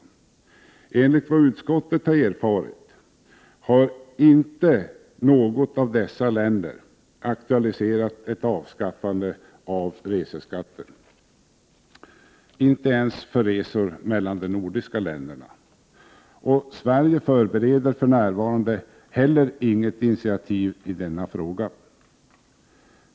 Enligt vad utskottet erfarit har inte något av dessa länder aktualiserat ett avskaffande av reseskatten, inte ens för resor mellan de nordiska länderna, och Sverige förbereder för närvarande heller inget initiativ i denna fråga.